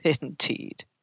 indeed